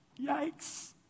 yikes